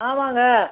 ஆமாங்க